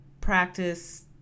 practice